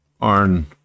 on